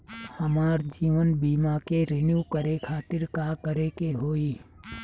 हमार जीवन बीमा के रिन्यू करे खातिर का करे के होई?